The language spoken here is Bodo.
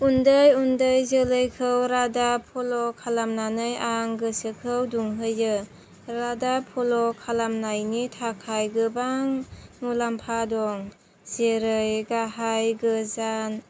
उन्दै उन्दै जोलैखौ रादाब फल' खालामनानै आं गोसोखौ दुंहोयो रादाब फल' खालामनायनि थाखाय गोबां मुलाम्फा दं जेरै गाहाय गोजान